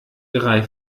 drei